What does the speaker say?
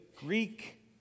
Greek